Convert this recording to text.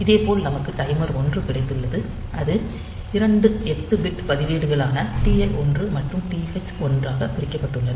இதேபோல் நமக்கு டைமர் 1 கிடைத்துள்ளது இது இரண்டு 8 பிட் பதிவேடுகளான TL1 மற்றும் TH1 ஆக பிரிக்கப்பட்டுள்ளது